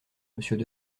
monsieur